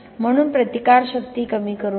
म्हणून प्रतिकारशक्ती कमी करू नका